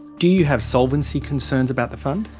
do you have solvency concerns about the fund?